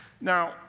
Now